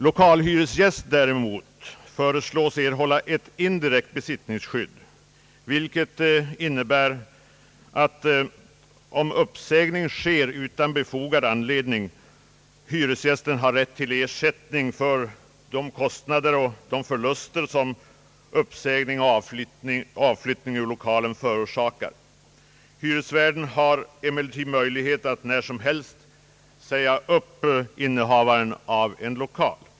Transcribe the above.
Lokalhyresgäst däremot föreslås erhålla ett indirekt besittningsskydd, vilket innebär att om uppsägning sker utan befogad anledning hyresgästen har rätt till ersättning för de kostnader och de förluster som uppsägning och avflyttning ur lokalen förorsakar honom. Hyresvärden har emellertid möjlighet att när som helst säga upp innehavaren av lokal.